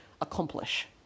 accomplish